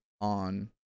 on